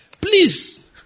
Please